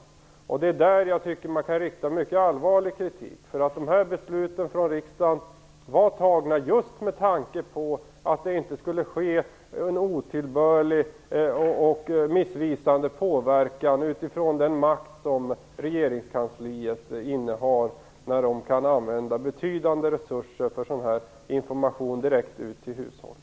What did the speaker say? Det är mot detta som jag tycker att man kan rikta mycket allvarlig kritik, därför att dessa riksdagsbeslut fattades just för att det inte skulle ske en otillbörlig och missvisande påverkan utifrån den makt som regeringskansliet innehar, där betydande resurser kan användas för den här typen av information som går direkt till hushållen.